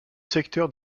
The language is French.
secteur